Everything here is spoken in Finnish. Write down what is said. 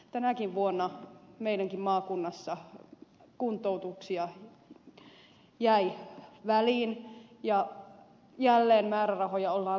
tänäkin vuonna meidänkin maakunnassamme kuntoutuksia jäi väliin ja jälleen määrärahoja ollaan leikkaamassa